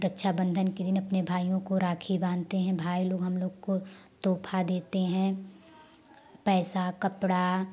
रक्षाबंधन के दिन भाइयों को राखी बांधते हैं भाई लोग हम लोग को तोहफा देते हैं पैसा कपड़ा